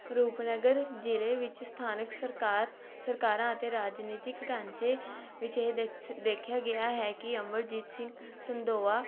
ਰੂਪਨਗਰ ਜ਼ਿਲ੍ਹੇ ਵਿੱਚ ਸਥਾਨਕ ਸਰਕਾਰ ਸਰਕਾਰਾਂ ਅਤੇ ਰਾਜਨੀਤਿਕ ਢਾਂਚੇ ਵਿੱਚ ਇਹ ਦੇਖ ਸ ਦੇਖਿਆ ਗਿਆ ਹੈ ਕਿ ਅਮਰਜੀਤ ਸਿੰਘ ਸੰਦੋਆ